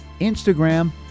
Instagram